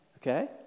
Okay